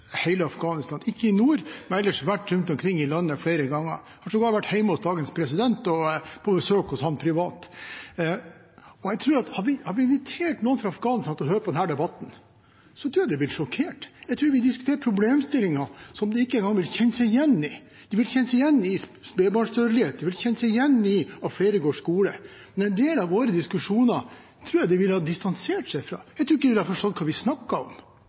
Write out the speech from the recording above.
hele Afghanistan, ikke i nord, men jeg har ellers vært rundt omkring i landet flere ganger. Jeg har også vært hjemme hos dagens president og på besøk hos ham privat. Hadde vi invitert noen fra Afghanistan for å høre på denne debatten, tror jeg de hadde blitt sjokkert. Vi diskuterer problemstillinger som de ikke engang vil kjenne seg igjen i. De vil kjenne seg igjen i spedbarnsdødelighet og i at flere går på skolen. Men flere av våre diskusjoner tror jeg de hadde distansert seg fra, de hadde ikke forstått hva vi snakker om.